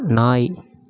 நாய்